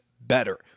better